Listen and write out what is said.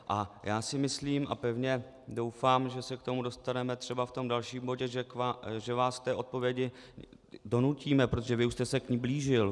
A já si myslím a pevně doufám, že se k tomu dostaneme třeba v tom dalším bodě, že vás k té odpovědi donutíme, protože vy už jste se k ní blížil.